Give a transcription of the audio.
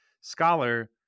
scholar